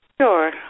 Sure